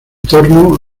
torno